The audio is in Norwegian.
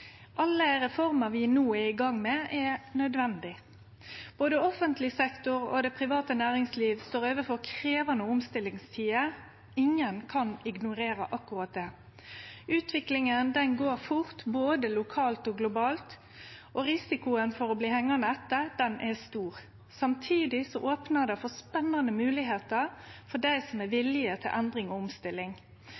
Alle reformer vi no er i gang med, er nødvendige. Både offentleg sektor og det private næringsliv står overfor krevjande omstillingstider. Ingen kan ignorere akkurat det. Utviklinga går fort, både lokalt og globalt, og risikoen for å bli hengande etter er stor. Samtidig opnar det for spennande moglegheiter for dei som er